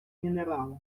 мінерали